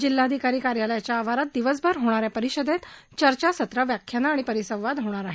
जिल्हाधिकारी कार्यालयाच्या आवारात दिवसभर होणाऱ्या परिषदेत चर्चासत्र व्याख्यानं आणि परिसंवाद होणार आहेत